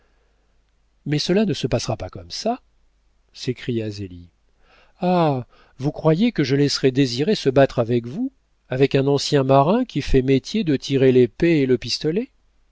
mais cela ne se passera pas comme ça s'écria zélie ah vous croyez que je laisserai désiré se battre avec vous avec un ancien marin qui fait métier de tirer l'épée et le pistolet